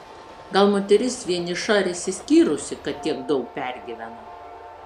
gal moteris vieniša ar išsiskyrusi kad tiek daug pergyvena